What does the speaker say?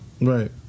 Right